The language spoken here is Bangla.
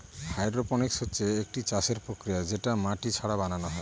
হাইড্রপনিক্স হচ্ছে একটি চাষের প্রক্রিয়া যেটা মাটি ছাড়া বানানো হয়